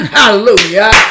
Hallelujah